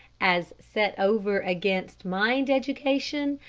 as set over against mind education,